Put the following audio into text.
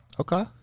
Okay